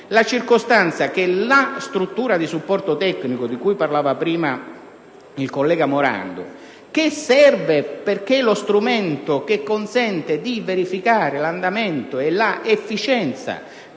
Tuttavia, la struttura di supporto tecnico, di cui parlava prima il collega Morando, è necessaria perché è lo strumento che consente di verificare l'andamento e l'efficienza